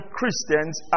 Christians